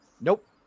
Nope